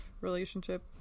relationship